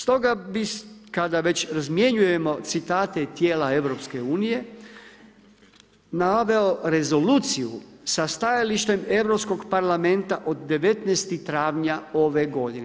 Stoga, kada već razmjenjujemo citate tijela EU, naveo rezoluciju sa stajalištem Europskog parlamenta od 19. travnja ove godine.